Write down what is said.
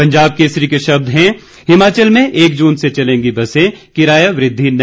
पंजाब केसरी के शब्द हैं हिमाचल में एक जून से चलेंगी बसें किराया वृद्धि नहीं